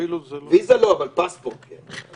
ויזה לא, אבל פספורט כן.